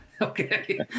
Okay